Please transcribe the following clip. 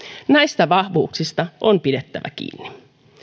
näistä vahvuuksista on pidettävä kiinni